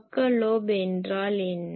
பக்க லோப் என்றால் என்ன